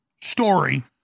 story